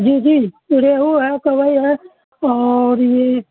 جی جی ریہو ہے کبئی ہے اور یہ